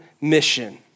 mission